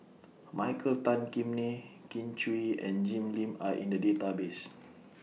Michael Tan Kim Nei Kin Chui and Jim Lim Are in The Database